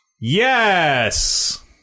Yes